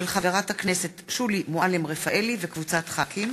מאת חברי הכנסת שולי מועלם-רפאלי, רועי פולקמן,